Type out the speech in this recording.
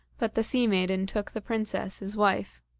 but the sea-maiden took the princess, his wife.